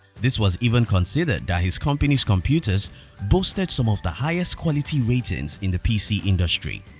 this was even considering that his company's computers boasted some of the highest quality ratings in the pc industry.